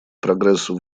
прогрессу